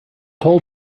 told